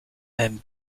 and